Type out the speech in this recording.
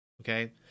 Okay